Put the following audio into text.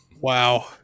Wow